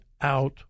out